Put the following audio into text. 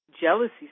jealousy